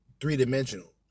three-dimensional